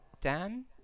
Dan